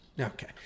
Okay